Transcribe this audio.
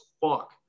fuck